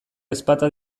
ezpata